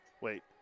Wait